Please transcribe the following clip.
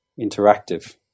interactive